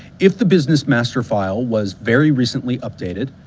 if the business master file was very recently updated,